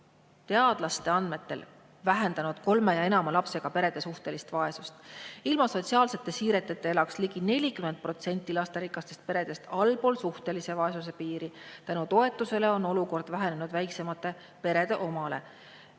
teadlaste andmetel vähendanud kolme ja enama lapsega perede suhtelist vaesust. Ilma sotsiaalsete siireteta elaks ligi 40% lasterikastest peredest allpool suhtelise vaesuse piiri. Tänu toetusele on olukord lähenenud väiksemate perede